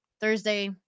Thursday